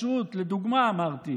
החינוך, אנחנו נתאם את זה ונעשה את זה.